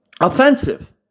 offensive